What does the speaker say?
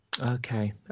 Okay